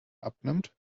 abnimmt